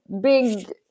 big